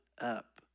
up